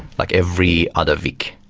like every other week.